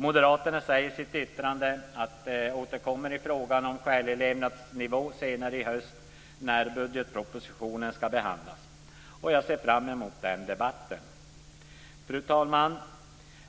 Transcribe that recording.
Moderaterna säger i sitt särskilda yttrande att de ska återkomma i frågan om skälig levnadsnivå senare i höst när budgetpropositionen ska behandlas. Jag ser fram emot den debatten. Fru talman!